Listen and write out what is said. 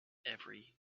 every